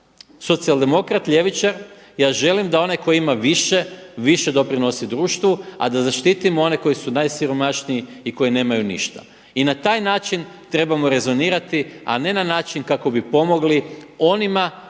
socijal demokrat, ljevičar, ja želim da onaj tko ima više više doprinosi društvu a da zaštitimo one koji su najsiromašniji i koji nemaju ništa. I na taj način trebamo rezonirati a ne na način kako bi pomogli onima koji